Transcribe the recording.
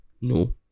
no